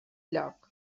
lloc